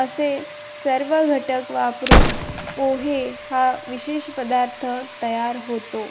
असे सर्व घटक वापरून पोहे हा विशेष पदार्थ तयार होतो